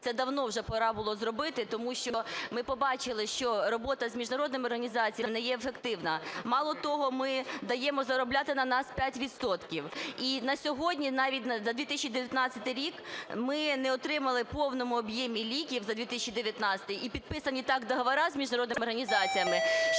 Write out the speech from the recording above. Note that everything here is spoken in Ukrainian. це давно вже пора було зробити. Тому що ми побачили, що робота з міжнародними організаціями не є ефективна, мало того, ми даємо заробляти на нас 5 відсотків. І на сьогодні, навіть на 2019 рік, ми не отримали у повному об'ємі ліків за 2019 рік, і підписані так договори з міжнародними організаціями, що